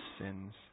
sins